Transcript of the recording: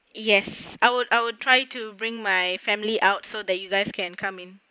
yes I would I would try to bring my family out so that you guys can come in